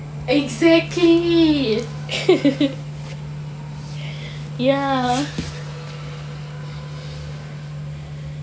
exactly ya